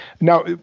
Now